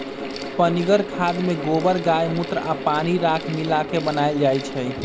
पनीगर खाद में गोबर गायमुत्र आ पानी राख मिला क बनाएल जाइ छइ